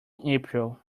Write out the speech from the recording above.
april